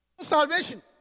salvation